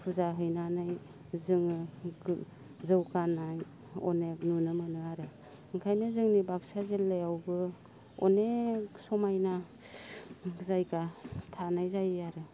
फुजा हैनानै जोङो जौगानाय अनेख नुनो मोनो आरो ओंखायनो जोंनि बाक्सा जिल्लायावबो अनेख समायना जायगा थानाय जायो आरो